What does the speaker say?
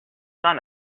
sun